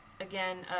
again